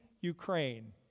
Ukraine